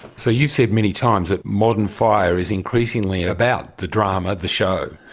so you said many times that modern fire is increasingly about the drama, the show.